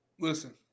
Listen